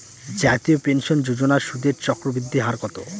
জাতীয় পেনশন যোজনার সুদের চক্রবৃদ্ধি হার কত?